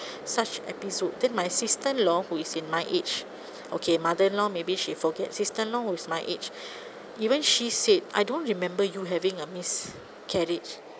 such episode then my sister in law who is in my age okay mother in law maybe she forget sister in law whose my age even she said I don't remember you having a miscarriage